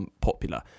popular